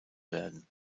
werden